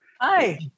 Hi